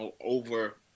over